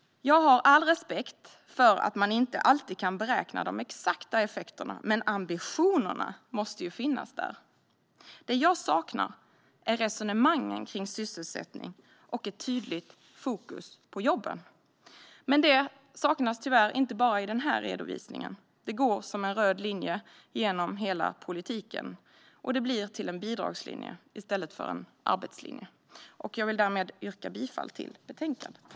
Jag har all respekt för att man inte alltid kan beräkna de exakta effekterna. Men ambitionerna måste finnas där. Det jag saknar är resonemangen kring sysselsättning och ett tydligt fokus på jobben. Men det saknas tyvärr inte bara i denna redovisning; det går som en röd linje genom hela politiken. Och det blir till en bidragslinje i stället för en arbetslinje. Därmed yrkar jag bifall till förslaget i betänkandet.